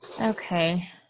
okay